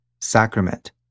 sacrament